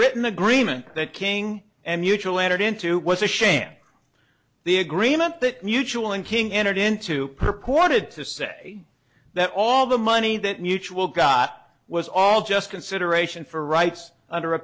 written agreement that king and mutual entered into was a sham the agreement that mutual and king entered into purported to say that all the money that mutual got was all just consideration for rights under a